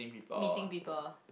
meeting people